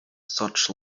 such